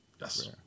Yes